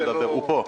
הוא פה.